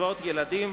קצבאות ילדים,